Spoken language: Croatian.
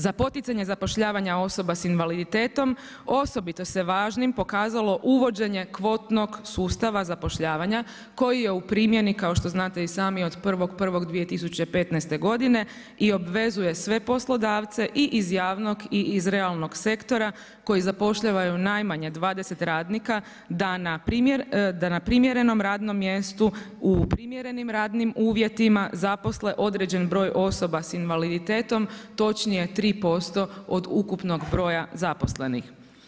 Za poticanje zapošljavanja osoba s invaliditetom osobito se važnim pokazalo uvođenjem kvotnog sustava zapošljavanja koji je u primjeni kao što znate i sami od 1.1.2015. godine i obvezuje sve poslodavce i iz javnog i iz realnog sektora koji zapošljavaju najmanje 20 radnika da na primjerenom radnom mjestu u primjerenim radnim uvjetima zaposle određeni broj osoba s invaliditetom točnije 3% od ukupnog broja zaposlenih.